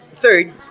third